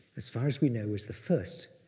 as far as we know, was the first